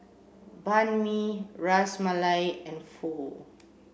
Banh Mi Ras Malai and Pho